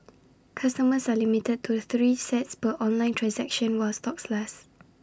customers are limited to three sets per online transaction while stocks last